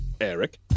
Eric